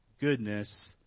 goodness